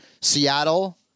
Seattle